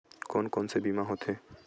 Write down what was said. कोन कोन से बीमा होथे?